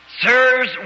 Sirs